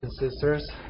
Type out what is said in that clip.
sisters